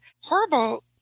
horrible